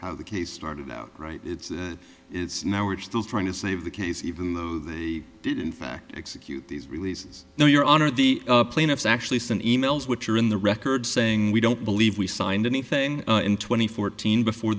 how the case started out right it's now we're still trying to save the case even though they did in fact execute these releases no your honor the plaintiffs actually send e mails which are in the record saying we don't believe we signed anything in two thousand and fourteen before